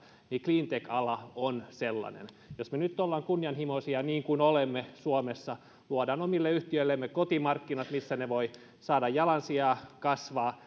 niin cleantech ala on sellainen jos me nyt olemme kunnianhimoisia niin kuin olemme suomessa ja luomme omille yhtiöillemme kotimarkkinat missä ne voivat saada jalansijaa ja kasvaa